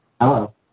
Hello